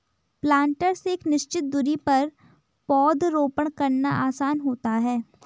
planter से एक निश्चित दुरी पर पौधरोपण करना आसान होता है